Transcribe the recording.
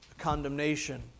condemnation